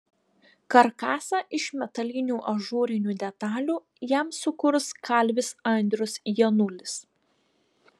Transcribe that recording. karkasą iš metalinių ažūrinių detalių jam sukurs kalvis andrius janulis